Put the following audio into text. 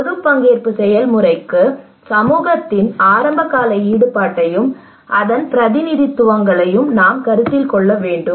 பொது பங்கேற்பு செயல்முறைக்கு சமூகத்தின் ஆரம்பகால ஈடுபாட்டையும் அதன் பிரதிநிதித்துவங்களையும் நாம் கருத்தில் கொள்ள வேண்டும்